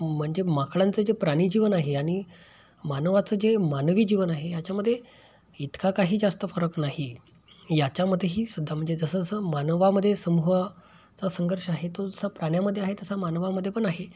म्हणजे माकडांचं जे प्राणी जीवन आहे आणि मानवाचं जे मानवी जीवन आहे याच्यामध्ये इतका काही जास्त फरक नाही याच्यामध्येही सुद्धा म्हणजे जसं जसं मानवामध्ये समूहाचा संघर्ष आहे तो जसा प्राण्यामध्ये आहे तसा मानवामध्ये पण आहे